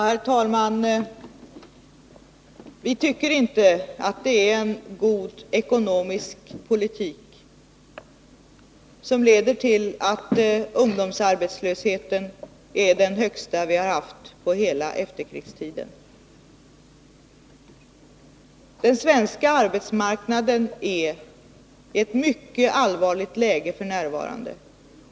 Herr talman! Vi tycker inte att det är en god ekonomisk politik som leder till att ungdomsarbetslösheten är den högsta vi har haft under hela efterkrigstiden. Den svenska arbetsmarknaden är f. n. i ett mycket allvarligt läge.